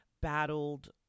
battled